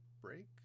break